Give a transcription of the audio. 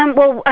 um well, ah